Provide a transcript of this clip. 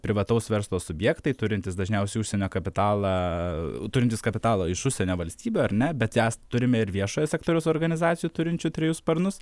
privataus verslo subjektai turintys dažniausiai užsienio kapitalą turintys kapitalo iš užsienio valstybių ar ne bet mes turime ir viešojo sektoriaus organizacijų turinčių trejus sparnus